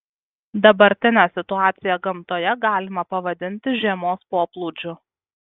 dabartinę situaciją gamtoje galima pavadinti žiemos poplūdžiu